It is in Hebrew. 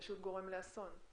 פשוט גורם לאסון.